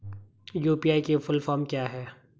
UPI की full form क्या है?